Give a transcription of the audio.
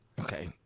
Okay